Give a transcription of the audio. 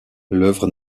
l’œuvre